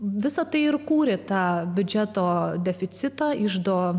visa tai ir kūrė tą biudžeto deficitą iždo